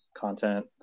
content